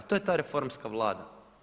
To je ta reformska Vlada.